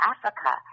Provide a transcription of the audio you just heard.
Africa